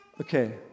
Okay